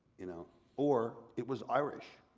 you know or it was irish.